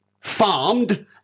farmed